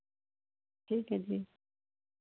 ਠੀਕ ਹੈ ਜੀ